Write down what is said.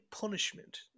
punishment